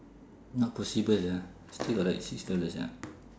not possible lah still got like six dollars ya